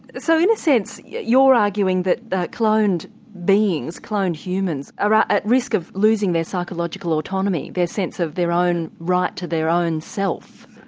so in a sense yeah you're arguing that that cloned beings, cloned humans are ah at risk of losing their psychological autonomy, their sense of their own right to their own self.